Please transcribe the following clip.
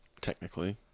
Technically